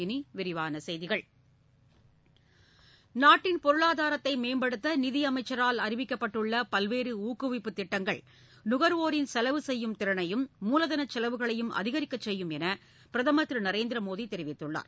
இனி விரிவான செய்திகள் நாட்டின் பொருளாதாரத்தை மேம்படுத்த நிதியமைச்சரால் அறிவிக்கப்பட்டுள்ள பல்வேறு ஊக்குவிப்புத் திட்டங்கள் துகர்வோரின் செலவு செய்யும் திறனையும் மூலதனச் செலவுகளையும் அதிகரிக்கச் செய்யும் என பிரதமர் திரு நரேந்திர மோடி தெரிவித்துள்ளார்